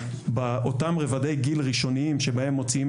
באותם רבדי גיל ראשוניים שבהם מוציאים